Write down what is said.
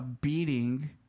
beating